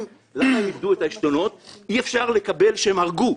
למה הם איבדו את העשתונות אבל אי-אפשר להבין למה הם הרגו.